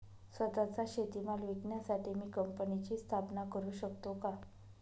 स्वत:चा शेतीमाल विकण्यासाठी मी कंपनीची स्थापना करु शकतो का?